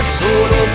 solo